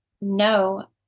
no